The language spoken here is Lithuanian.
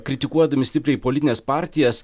kritikuodami stipriai politines partijas